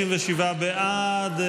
37 בעד.